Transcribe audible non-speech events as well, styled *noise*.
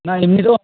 না এমনিতেও *unintelligible*